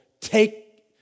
take